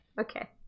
Okay